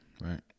Right